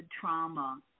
trauma